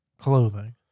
clothing